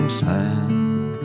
sand